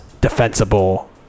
defensible